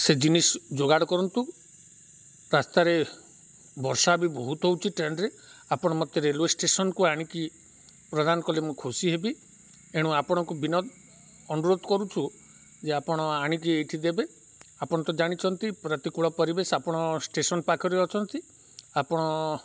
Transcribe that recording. ସେ ଜିନିଷ୍ ଯୋଗାଡ଼ କରନ୍ତୁ ରାସ୍ତାରେ ବର୍ଷା ବି ବହୁତ ହେଉଛି ଟ୍ରେନ୍ରେ ଆପଣ ମୋତେ ରେଲୱେ ଷ୍ଟେସନ୍କୁ ଆଣିକି ପ୍ରଦାନ କଲେ ମୁଁ ଖୁସି ହେବି ଏଣୁ ଆପଣଙ୍କୁ ବିନତ୍ ଅନୁରୋଧ କରୁଛୁ ଯେ ଆପଣ ଆଣିକି ଏଇଠି ଦେବେ ଆପଣ ତ ଜାଣିଛନ୍ତି ପ୍ରତିକୂଳ ପରିବେଶ ଆପଣ ଷ୍ଟେସନ୍ ପାଖରେ ଅଛନ୍ତି ଆପଣ